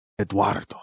eduardo